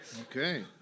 Okay